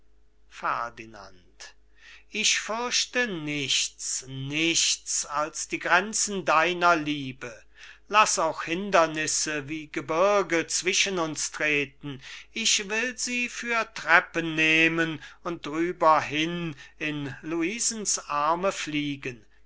ferdinand ich fürchte nichts nichts als die grenzen deiner liebe laß auch hindernisse wie gebirge zwischen uns treten ich will sie für treppen nehmen und drüber hin in luisens arme fliegen